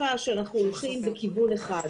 שאנחנו הולכים בכיוון אחד,